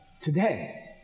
today